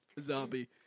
Zombie